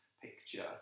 picture